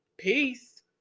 Peace